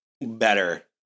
better